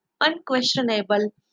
unquestionable